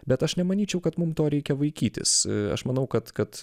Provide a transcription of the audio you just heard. bet aš nemanyčiau kad mum to reikia vaikytis aš manau kad kad